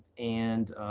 and